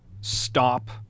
stop